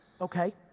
Okay